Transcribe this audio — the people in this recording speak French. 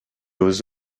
aux